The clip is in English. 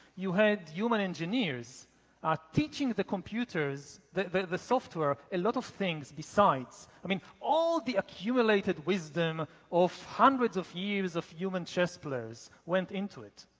you had human engineers ah teaching the computers, the the software, a lot of things besides, i mean all the accumulated wisdom of hundreds of years of human chess players went into it.